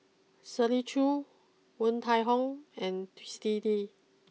Shirley Chew Woon Tai Ho and Twisstii